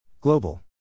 Global